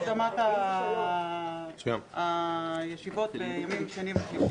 שלחנו בקשה להקדמת הישיבות בימים שני ושלישי.